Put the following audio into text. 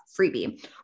freebie